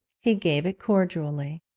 he gave it cordially.